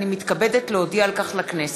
אני מתכבדת להודיע על כך לכנסת.